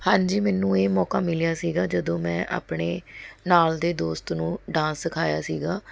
ਹਾਂਜੀ ਮੈਨੂੰ ਇਹ ਮੌਕਾ ਮਿਲਿਆ ਸੀਗਾ ਜਦੋਂ ਮੈਂ ਆਪਣੇ ਨਾਲ਼ ਦੇ ਦੋਸਤ ਨੂੰ ਡਾਂਸ ਸਿਖਾਇਆ ਸੀਗਾ